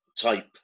type